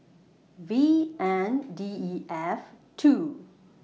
V N D E F two